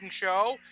show